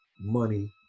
money